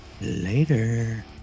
Later